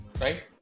Right